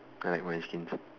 I like my skin